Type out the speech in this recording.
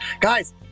guys